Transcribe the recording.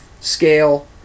scale